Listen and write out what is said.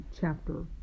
chapter